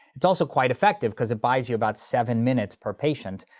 it's also quite effective, cuz it buys you about seven minutes per patient.